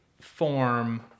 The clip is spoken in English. form